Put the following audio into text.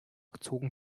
gezogen